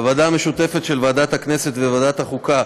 בוועדה המשותפת של ועדת הכנסת וועדת החוקה,